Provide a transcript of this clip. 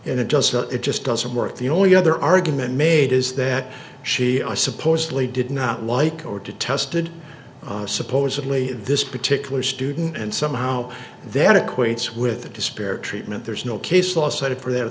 and it just it just doesn't work the only other argument made is that she i supposedly did not like or detested supposedly this particular student and somehow they had equates with disparate treatment there's no case law cited for their